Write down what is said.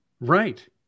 Right